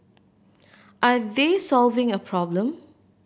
are they solving a problem